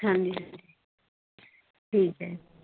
ਹਾਂਜੀ ਹਾਂਜੀ ਠੀਕ ਹੈ